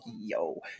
yo